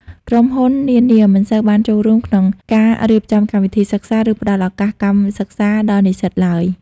ក្រុមហ៊ុននានាមិនសូវបានចូលរួមក្នុងការរៀបចំកម្មវិធីសិក្សា ឬផ្តល់ឱកាសកម្មសិក្សាដល់និស្សិតឡើយ។